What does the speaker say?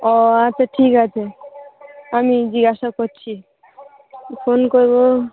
ও আচ্ছা ঠিক আছে আমি জিজ্ঞাসা করছি ফোন করব